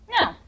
No